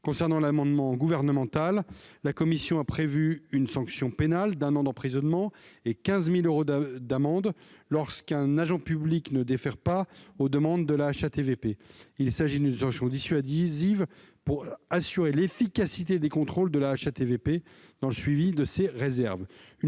à l'amendement n° 489 du Gouvernement. La commission a prévu une sanction pénale d'un an d'emprisonnement et de 15 000 euros d'amende lorsqu'un agent public ne défère pas aux demandes de la HATVP. Il s'agit d'une sanction dissuasive, visant à assurer l'efficacité des contrôles de la HATVP et le suivi de ses réserves.